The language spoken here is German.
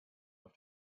auf